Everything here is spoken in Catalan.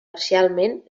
parcialment